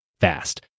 fast